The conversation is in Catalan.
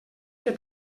que